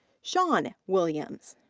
sean williams.